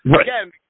again